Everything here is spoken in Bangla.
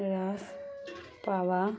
রাস পাওয়া